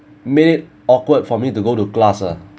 made it awkward for me to go to class ah